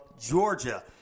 Georgia